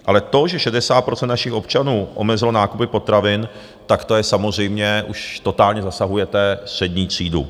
Ale to, že 60 % našich občanů omezilo nákupy potravin, tak to samozřejmě už totálně zasahuje střední třídu.